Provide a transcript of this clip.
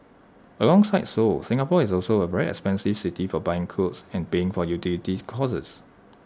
alongside Seoul Singapore is also A very expensive city for buying clothes and paying for utility costs